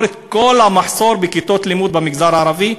את כל המחסור בכיתות לימוד במגזר הערבי,